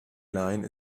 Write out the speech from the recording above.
line